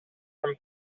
from